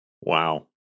Wow